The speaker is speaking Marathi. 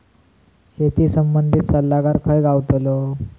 शेती संबंधित सल्लागार खय गावतलो?